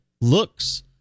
looks